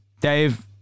Dave